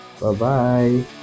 bye-bye